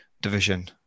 division